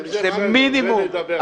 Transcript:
זה מינימום --- על זה נדבר אחר כך.